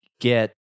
get